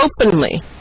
openly